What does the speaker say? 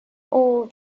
all